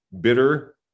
bitter